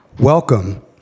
Welcome